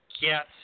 get